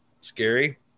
scary